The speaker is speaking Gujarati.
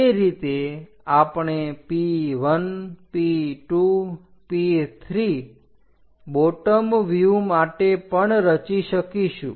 તે રીતે આપણે P1 P2 P3 બોટમ વ્યુહ માટે પણ રચી શકીશું